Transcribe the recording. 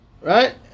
Right